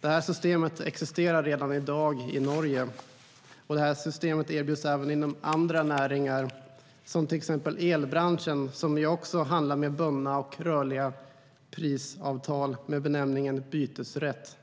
Det här systemet existerar redan i dag i Norge, och det här systemet erbjuds även inom andra näringar, som till exempel elbranschen som också handlar med bundna och rörliga prisavtal, med benämningen bytesrätt.